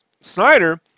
Snyder